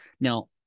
Now